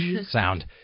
sound